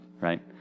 right